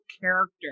character